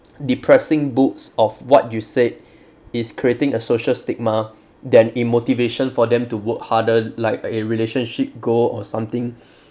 depressing books of what you said is creating a social stigma than a motivation for them to work harder like a relationship goal or something